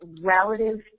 relative